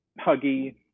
huggy